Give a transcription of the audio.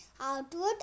outward